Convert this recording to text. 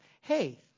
hey